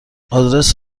آدرس